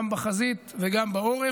גם בחזית וגם בעורף,